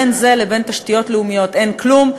בין זה לבין תשתיות לאומיות אין כלום,